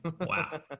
Wow